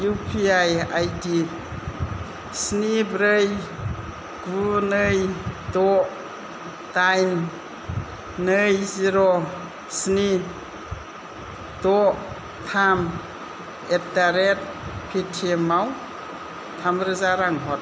UPI आइदि स्नि ब्रै गु नै द' दाइन नै जिर' स्नि द' थाम एद्धारेद पेतिएम आव थाम रोजा रां हर